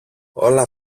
όλα